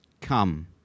come